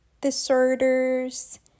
disorders